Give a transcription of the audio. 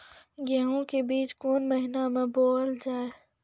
गेहूँ के बीच कोन महीन मे बोएल जाए?